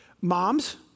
Moms